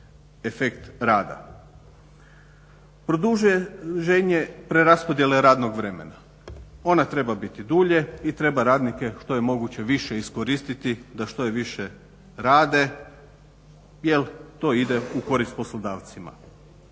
efekt rada. Produženje preraspodjele radnog vremena. Ona treba biti dulje i treba radnike što je moguće više iskoristiti da što više rade jel to ide u korist poslodavcima.